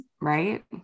Right